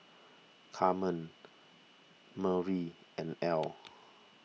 Carmen Myrle and Ely